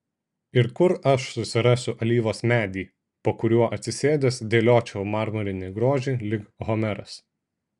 ir kur aš susirasiu alyvos medį po kuriuo atsisėdęs dėliočiau marmurinį grožį lyg homeras